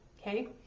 Okay